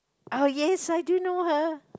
oh yes I do know her